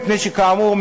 מפני שכאמור,